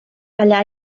allà